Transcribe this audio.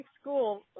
school